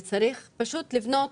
וצריך לבנות